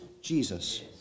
Jesus